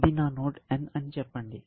ఇది నా node n అని చెప్పండి